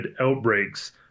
outbreaks